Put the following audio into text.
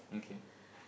okay